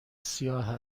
سیاه